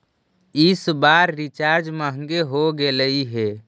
इस बार रिचार्ज महंगे हो गेलई हे